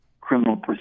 criminal